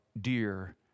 dear